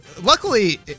luckily